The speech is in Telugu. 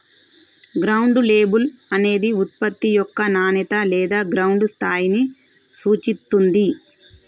గ్రౌండ్ లేబుల్ అనేది ఉత్పత్తి యొక్క నాణేత లేదా గ్రౌండ్ స్థాయిని సూచిత్తుంది